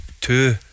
two